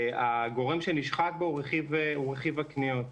הגורם שנשחק בו הוא רכיב הקניות.